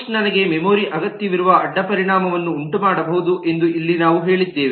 push ನನಗೆ memory ಅಗತ್ಯವಿರುವ ಅಡ್ಡಪರಿಣಾಮವನ್ನು ಉಂಟುಮಾಡಬಹುದು ಎಂದು ಇಲ್ಲಿ ನಾವು ಹೇಳಿದ್ದೇವೆ